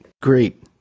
Great